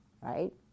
right